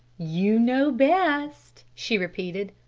you know best, she repeated.